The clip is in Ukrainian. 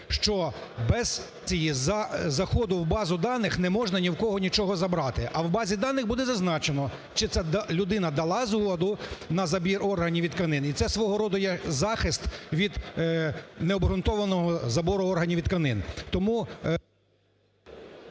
що без фіксації заходу в базу даних не можна ні в кого нічого забрати. А в базі даних буде зазначено, чи це людина дала згоду на забір органів і тканин, і це свого роду є захист від необґрунтованого забору органів і тканин.